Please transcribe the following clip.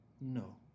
No